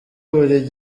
buri